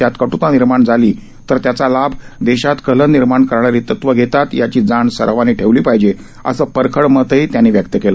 त्यात कट्ता निर्माण झाल्यास त्याचा लाभ देशात कलह निर्माण करणारी तत्व घेतात याची जाण सर्वांनी ठेवली पाहिजे असं परखड मतही सरसंघचालकांनी व्यक्त केलं